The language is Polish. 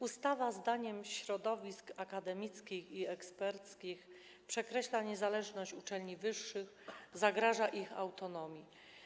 Ustawa zdaniem środowisk akademickich i eksperckich przekreśla niezależność uczelni wyższych, zagraża ich autonomii.